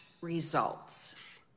results